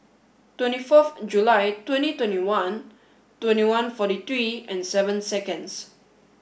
twenty forth July twenty twenty one twenty one forty three and seven seconds